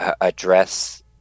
address